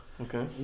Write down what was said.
Okay